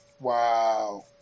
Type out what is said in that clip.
Wow